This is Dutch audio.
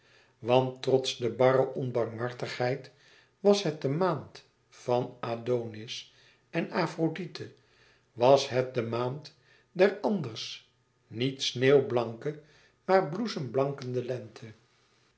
want trots de barre onbarmhartigheid was het de maand van adonis en afrodite was het de maand der anders niet sneeuwblanke maar bloesemblankende lente